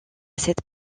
cette